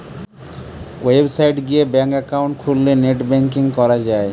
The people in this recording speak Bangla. ওয়েবসাইট গিয়ে ব্যাঙ্ক একাউন্ট খুললে নেট ব্যাঙ্কিং করা যায়